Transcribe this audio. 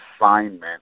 assignment